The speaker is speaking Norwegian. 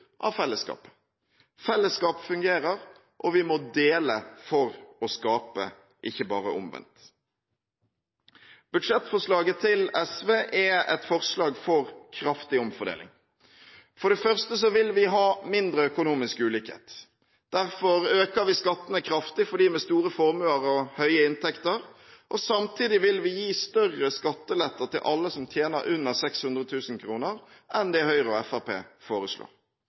av fellesskapet. Fellesskap fungerer, og vi må dele for å skape – ikke bare omvendt. Budsjettforslaget til SV er et forslag for kraftig omfordeling. For det første vil vi ha mindre økonomisk ulikhet. Derfor øker vi skattene kraftig for dem med store formuer og høye inntekter. Samtidig vil vi gi større skatteletter til alle som tjener under 600 000 kr, enn det Høyre og